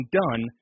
done